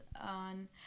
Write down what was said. on